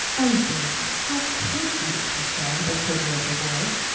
oh, davy, how could you? she said, with a quiver in her voice.